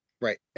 Right